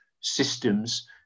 systems